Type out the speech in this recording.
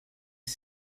dix